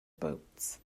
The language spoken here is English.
boats